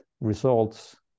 results